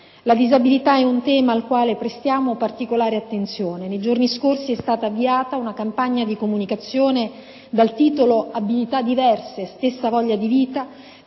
La disabilità è un tema al quale prestiamo particolare attenzione; nei giorni scorsi è stata avviata una campagna di comunicazione dal titolo: «Abilità diverse, stessa voglia di vita»,